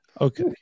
Okay